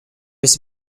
was